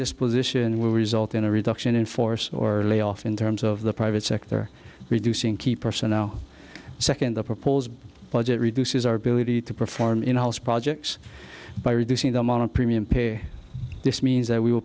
this position will result in a reduction in force or layoff in terms of the private sector reducing keep personnel second the proposed budget reduces our ability to perform in house projects by reducing the amount of premium paid this means that we will